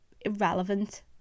irrelevant